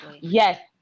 Yes